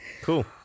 Cool